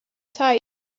type